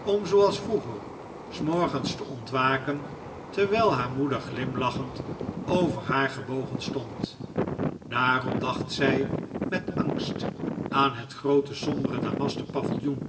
om zooals vroeger s morgens te ontwaken terwijl haar moeder glimlachend over haar gebogen stond daarop dacht zij met angst aan het groote sombere damasten paviljoen